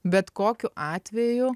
bet kokiu atveju